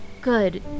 Good